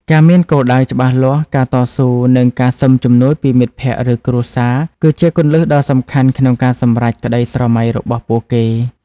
ការមានគោលដៅច្បាស់លាស់ ការតស៊ូ និងការសុំជំនួយពីមិត្តភ័ក្តិ ឬគ្រួសារ គឺជាគន្លឹះដ៏សំខាន់ក្នុងការសម្រេចក្តីស្រមៃរបស់ពួកគេ។